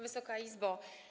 Wysoka Izbo!